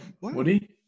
Woody